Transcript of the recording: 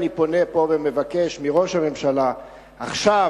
אני פונה פה ומבקש מראש הממשלה: עכשיו,